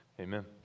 Amen